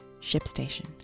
ShipStation